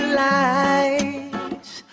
lights